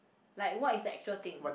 like what is the actual thing